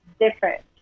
different